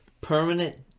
permanent